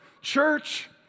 church